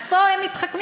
אז פה הם מתחכמים,